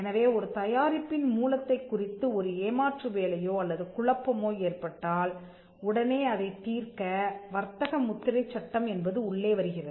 எனவே ஒரு தயாரிப்பின் மூலத்தைக் குறித்து ஒரு ஏமாற்று வேலையோ அல்லது குழப்பமோ ஏற்பட்டால் உடனே அதைத் தீர்க்கவர்த்தக முத்திரைச் சட்டம் என்பது உள்ளே வருகிறது